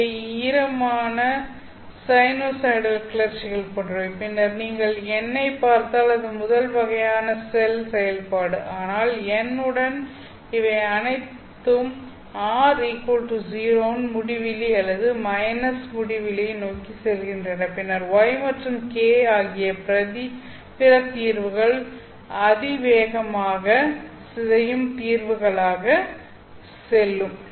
இவை ஈரமான சைனூசாய்டல் கிளர்ச்சிகள் போன்றவை பின்னர் நீங்கள் "n" ஐப் பார்த்தால் அது முதல் வகையான செல் செயல்பாடு ஆனால் "n" உடன் இவை அனைத்தும் R0 இல் முடிவிலி அல்லது மைனஸ் முடிவிலியை நோக்கி செல்கின்றன பின்னர் Y மற்றும் K ஆகிய பிற தீர்வுகள் தீர்வுகள் அதிவேகமாக சிதையும் தீர்வுகளாக செல்லும்